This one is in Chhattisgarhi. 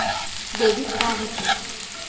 डेबिट का होथे?